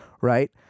right